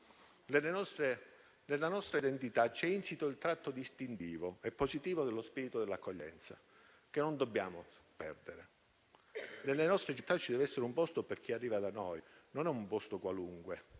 Nella nostra identità è insito il tratto distintivo e positivo dello spirito dell'accoglienza, che non dobbiamo perdere. Nelle nostre città ci dev'essere un posto per chi arriva da noi: non un posto qualunque